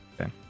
okay